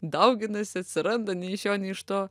dauginasi atsiranda nei iš šio nei iš to